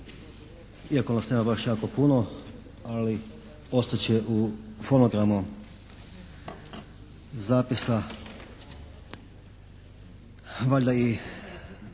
iako nas nema baš jako puno, ali ostat će u fonogramu zapisa valjda i